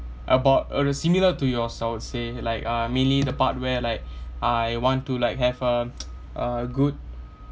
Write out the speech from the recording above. about err similar to yours I would say like uh mainly the part where like I want to like have a a good